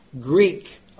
Greek